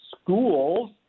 schools